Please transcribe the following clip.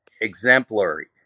exemplary